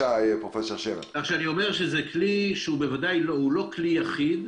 זה כלי שהוא בוודאי לא כלי יחיד,